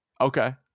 Okay